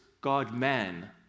God-man